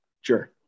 Sure